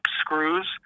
screws